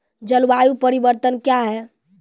जलवायु परिवर्तन कया हैं?